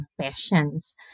passions